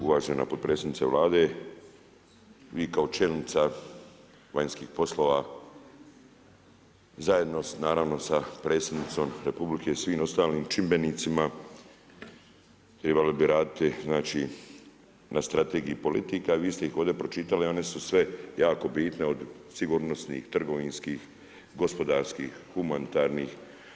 Uvažena potpredsjednice Vlade, vi kao čelnica vanjskih poslova zajedno naravno sa predsjednicom Republike i svim ostalim čimbenicima trebali bi raditi znači na strategiji politika, vi ste ih ovdje pročitali, one su sve jako bitne od sigurnosnih, trgovinskih, gospodarskih, humanitarnih.